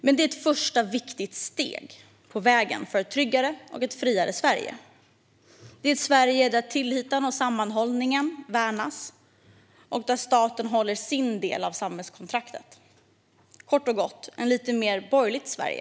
Men den är ett första viktigt steg på vägen mot ett tryggare och friare Sverige, ett Sverige där tilliten och sammanhållningen värnas och där staten håller sin del av samhällskontraktet - kort och gott ett lite mer borgerligt Sverige.